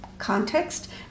Context